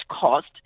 cost